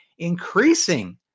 increasing